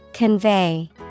Convey